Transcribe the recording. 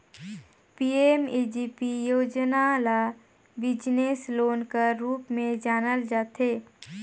PMEGP योजना ल business loan कर रूप में जानल जाथे